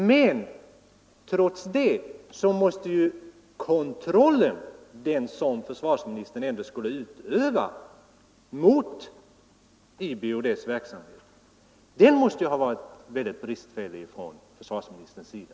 Men trots det måste ju kontrollen — den som försvarsministern ändå skulle utöva — mot IB och dess verksamhet ha varit väldigt bristfällig från försvarsministerns sida.